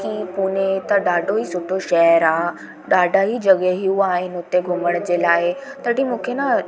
की पुणे त ॾाढो ई सुठो शहरु आहे ॾाढा ही जॻहियूं आहिनि हुते घुमण जे लाइ तॾहिं मूंखे न